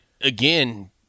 again